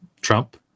Trump